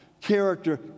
Character